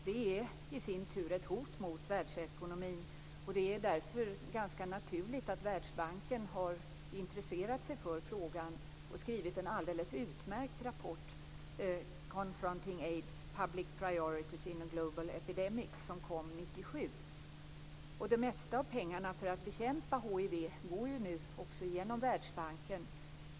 Detta är i sin tur ett hot mot världsekonomin, och det är därför ganska naturligt att Världsbanken har intresserat sig för frågan och skrivit en alldeles utmärkt rapport, Confronting AIDS: Public Priorities in a Global Epidemic, som kom 1997. Det mesta av pengarna för att bekämpa hiv går nu också genom Världsbanken.